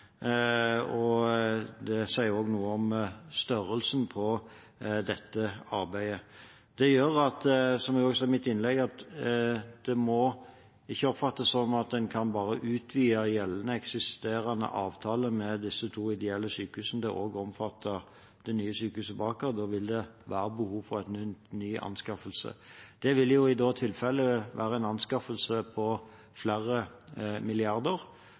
Det sier også noe om størrelsen på dette arbeidet. Det gjør, som jeg også sa i mitt innlegg, at det må ikke oppfattes som at en bare kan utvide eksisterende avtale med disse to ideelle sykehusene til også å omfatte det nye sykehuset på Aker. Det vil være behov for nyanskaffelse. Det vil i tilfelle være en anskaffelse på flere milliarder,